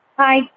Hi